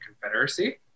Confederacy